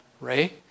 Ray